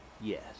Yes